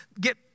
get